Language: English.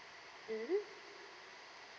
mm